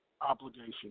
obligation